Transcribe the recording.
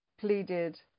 pleaded